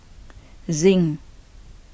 Zinc